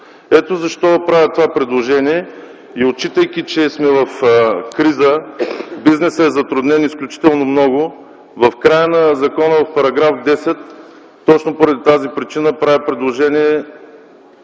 Ето защо правя това предложение. Отчитайки, че сме в криза, бизнесът е затруднен изключително много, в края на закона, в § 10 точно поради тази причина правя предложение